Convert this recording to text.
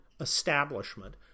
establishment